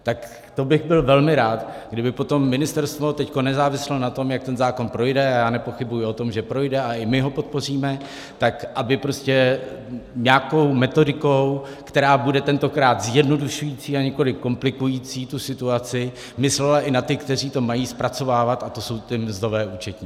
Tak to bych byl velmi rád, kdyby potom ministerstvo, teď nezávisle na tom, jak ten zákon projde, a já nepochybuji o tom, že projde, a i my ho podpoříme, nějakou metodikou, která bude tentokrát zjednodušující a nikoliv komplikující tu situaci, myslelo i na ty, kteří to mají zpracovávat, a to jsou ty mzdové účetní.